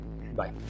Bye